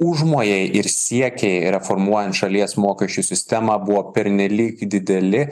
užmojai ir siekiai reformuojant šalies mokesčių sistemą buvo pernelyg dideli